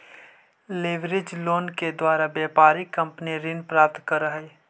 leverage loan के द्वारा व्यापारिक कंपनी ऋण प्राप्त करऽ हई